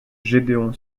gédéon